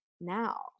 now